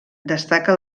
destaca